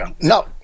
No